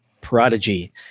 prodigy